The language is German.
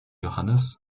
johannes